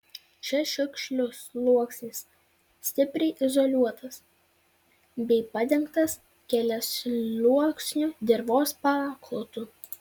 čia šiukšlių sluoksnis stipriai izoliuotas bei padengtas keliasluoksniu dirvos paklotu